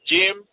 Jim